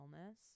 illness